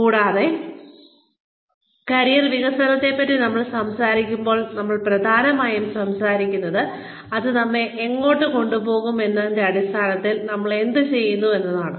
കൂടാതെ കരിയർ വികസനത്തെപ്പറ്റി നമ്മൾ സംസാരിക്കുമ്പോൾ നമ്മൾ പ്രധാനമായും സംസാരിക്കുന്നത് അത് നമ്മെ എങ്ങോട്ട് കൊണ്ടുപോകും എന്നതിന്റെ അടിസ്ഥാനത്തിൽ നമ്മൾ എന്ത് ചെയ്യുന്നു എന്നതാണ്